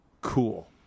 cool